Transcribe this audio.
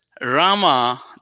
Rama